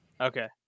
Okay